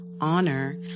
honor